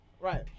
Right